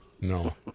No